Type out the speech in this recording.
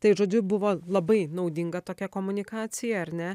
tai žodžiu buvo labai naudinga tokia komunikacija ar ne